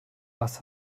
was